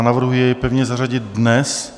Navrhuji jej pevně zařadit dnes.